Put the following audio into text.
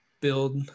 build